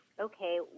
okay